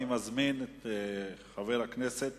אני מזמין את חבר הכנסת